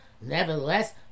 nevertheless